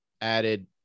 added